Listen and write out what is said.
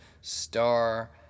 star